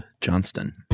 Johnston